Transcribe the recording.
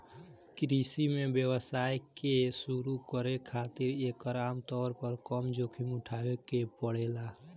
कृषि में व्यवसाय के शुरू करे खातिर एकर आमतौर पर कम जोखिम उठावे के पड़ेला